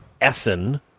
Essen